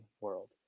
world